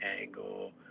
angle